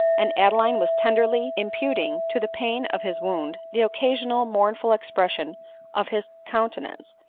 and adeline was tenderly impu ting to the pain of his wound the occasionally mournful expression of his countenance,